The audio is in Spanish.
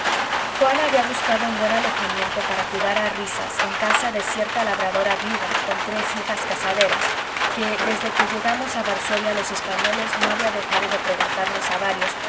juan había buscado un buen alojamiento para cuidar a risas en casa de cierta labradora viuda con tres hijas casaderas que desde que llegamos a varsovia los españoles no había dejado de preguntarnos a varios